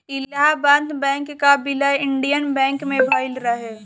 Allahabad bank कअ विलय Indian bank मे भयल रहे